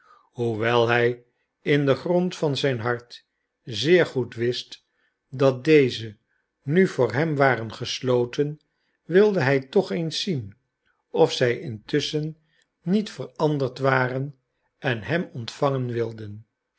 hoewel hij in den grond van zijn hart zeer goed wist dat deze nu voor hem waren gesloten wilde hij toch eens zien of zij intusschen niet veranderd waren en hen ontvangen wilden